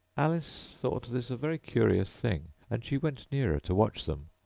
alice thought this a very curious thing, and she went nearer to watch them,